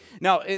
Now